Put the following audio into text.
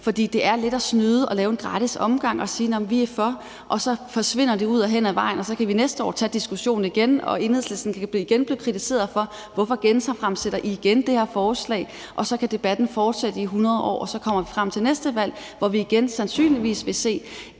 For det er lidt at snyde og en gratis omgang at sige, at man er for, og så forsvinder det ud hen ad vejen. Så kan vi næste år tage diskussionen igen, hvor Enhedslisten igen kan blive kritiseret, i forhold til hvorfor de genfremsætter det her forslag, og så kan debatten fortsætte i hundrede år. Så kommer vi frem til næste valg, hvor vi sandsynligvis igen